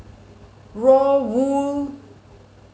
raw wool